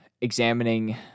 examining